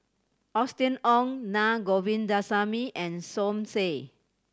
Austen Ong Na Govindasamy and Som Said